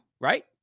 right